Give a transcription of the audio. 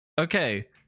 Okay